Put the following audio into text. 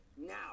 now